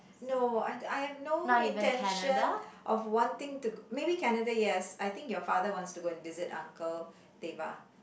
no I I've no intention of wanting to maybe Canada yes I think your father wants to go and visit uncle